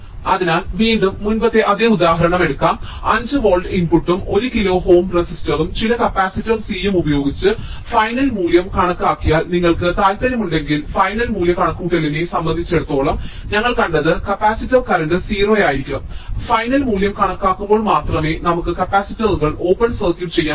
അതിനാൽ വീണ്ടും മുമ്പത്തെ അതേ ഉദാഹരണം എടുക്കാം 5 വോൾട്ട് ഇൻപുട്ടും 1 കിലോ ഓം റെസിസ്റ്ററും ചില കപ്പാസിറ്റർ C യും ഉപയോഗിച്ച് ഫൈനൽ മൂല്യം കണക്കാക്കാൻ നിങ്ങൾക്ക് താൽപ്പര്യമുണ്ടെങ്കിൽ ഫൈനൽ മൂല്യ കണക്കുകൂട്ടലിനെ സംബന്ധിച്ചിടത്തോളം ഞങ്ങൾ കണ്ടത് കപ്പാസിറ്റർ കറന്റ് 0 ആയിരിക്കും ഫൈനൽ മൂല്യം കണക്കാക്കുമ്പോൾ മാത്രമേ നമുക്ക് കപ്പാസിറ്ററുകൾ ഓപ്പൺ സര്ക്യൂട് ചെയ്യാൻ കഴിയൂ